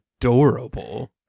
adorable